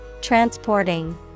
Transporting